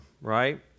right